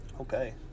Okay